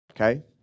okay